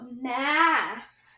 math